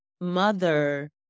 mother